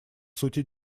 сути